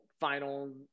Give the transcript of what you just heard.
final